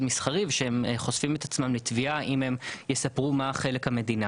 מסחרי ושאם הם יספרו מה חלק המדינה